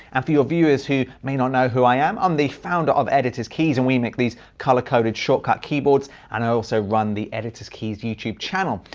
and for your viewers who may not know who i am, i'm the founder of editors keys, and we make these color-coded shortcut keyboards, and i also run the editors keys youtube channel.